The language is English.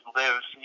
lives